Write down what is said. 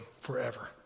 forever